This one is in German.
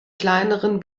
kleineren